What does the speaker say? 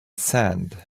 sand